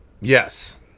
Yes